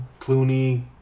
Clooney